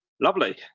lovely